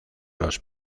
los